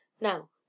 Now